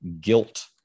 guilt